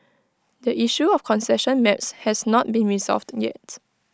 the issue of concession maps has not been resolved yet